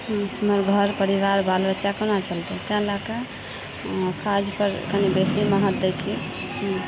हमर घर परिवार बाल बच्चा कोना चलतै तेँ लए कऽ काजपर कनी बेसी महत्त्व दै छियै